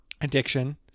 addiction